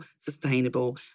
sustainable